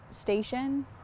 station